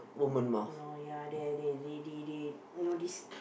know this